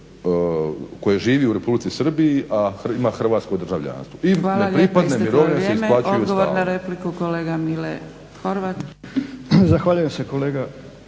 ko je živio u Republici Srbiji, a ima Hrvatsko državljanstvo. I ne pripadne mirovine se isplaćuju stalno.